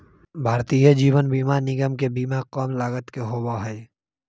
भारतीय जीवन बीमा निगम के बीमा कम लागत के होबा हई